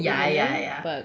ya ya ya